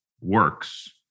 works